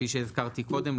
כפי שהזכרתי קודם.